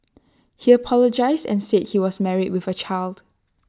he apologised and said he was married with A child